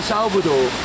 Salvador